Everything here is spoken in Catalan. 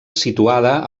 situada